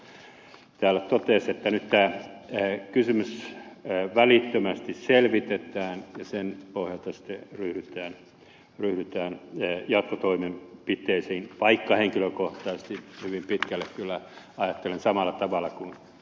paasio täällä totesi että nyt tämä kysymys välittömästi selvitetään ja sen pohjalta sitten ryhdytään jatkotoimenpiteisiin vaikka henkilökohtaisesti hyvin pitkälle kyllä ajattelen samalla tavalla kuin ed